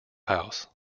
house